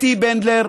אתי בנדלר,